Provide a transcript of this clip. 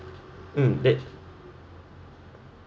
mm that